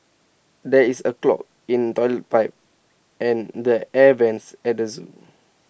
there is A clog in Toilet Pipe and the air Vents at the Zoo